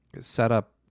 setup